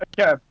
Okay